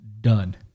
done